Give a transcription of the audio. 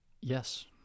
Yes